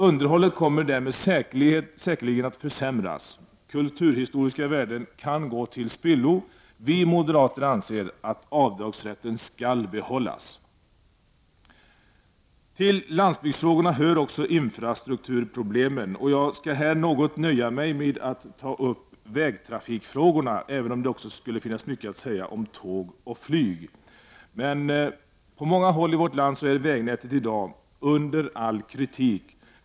Underhållet kommer därmed säkerligen att försämras. Kulturhistoriska värden kan gå till spillo. Vi moderater anser att avdragsrätten skall bibehållas. Till landsbygdsfrågorna hör också infrastrukturproblemen. Jag skall här nöja mig med att ta upp vägtrafikfrågorna, även om det också finns mycket att säga om tåg och flyg. På många håll är vägnätets standard under all kritik.